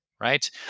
right